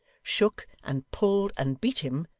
shook, and pulled, and beat him,